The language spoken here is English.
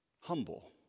Humble